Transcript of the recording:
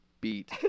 beat